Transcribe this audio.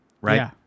Right